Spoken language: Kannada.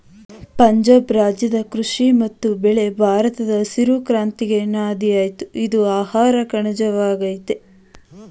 ಪಂಜಾಬ್ ರಾಜ್ಯದ ಕೃಷಿ ಮತ್ತು ಬೆಳೆ ಭಾರತದ ಹಸಿರು ಕ್ರಾಂತಿಗೆ ನಾಂದಿಯಾಯ್ತು ಇದು ಆಹಾರಕಣಜ ವಾಗಯ್ತೆ